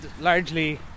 largely